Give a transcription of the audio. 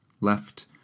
Left